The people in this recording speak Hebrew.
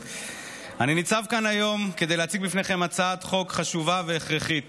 אני ניצב כאן היום כדי להציג בפניכם הצעת חוק חשובה והכרחית